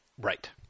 Right